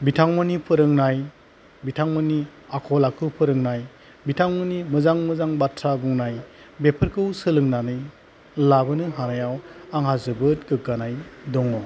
बिथांमोननि फोरोंनाय बिथांमोननि आखल आखु फोरोंनाय बिथांमोननि मोजां मोजां बाथ्रा बुंनाय बेफोरखौ सोलोंनानै लाबोनो हानायाव आंहा जोबोद गोग्गानाय दङ